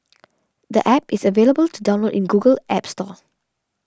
the App is available to download in Google's App Store